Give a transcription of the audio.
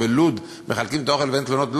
או שבלוד מחלקים את האוכל ואין תלונות.